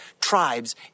tribes